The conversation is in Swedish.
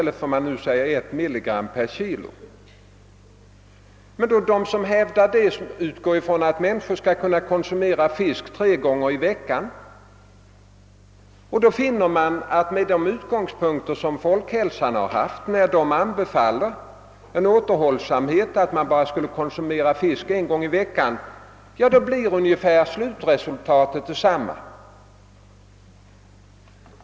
De som hävdar att det lägre gränsvärdet borde tillämpas utgår från att människor konsumerar fisk tre gånger i veckan. Med de utgångspunkter som statens institut för folkhälsan haft, när institutet rekommenderat konsumtion av fisk endast en gång i veckan, blir slutresultatet ungefär detsamma.